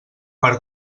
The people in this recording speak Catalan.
per